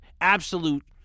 absolute